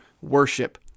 worship